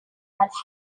but